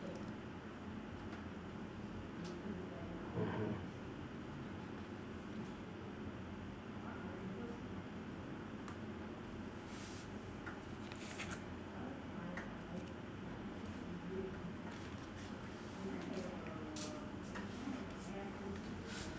mmhmm